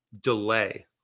delay